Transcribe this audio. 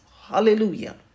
Hallelujah